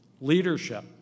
Leadership